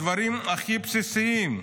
הדברים הכי בסיסיים?